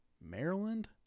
Maryland